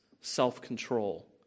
self-control